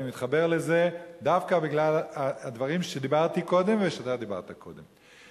אני מתחבר לזה דווקא בגלל הדברים שדיברתי קודם ושאתה דיברת קודם.